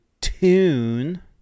tune